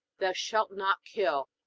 thou shalt not kill.